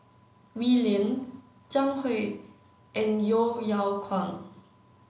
Wee Lin Zhang Hui and Yeo Yeow Kwang